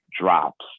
drops